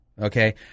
okay